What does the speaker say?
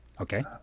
Okay